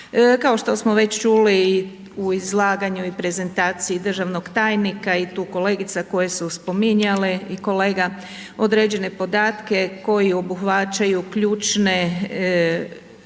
Kao što smo već čuli u izlaganju i prezentaciji državnog tajnika i tu kolegica koje su spominjale i kolega, određene podatke koji obuhvaćaju ključne